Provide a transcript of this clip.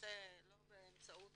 תיעשה לא באמצעות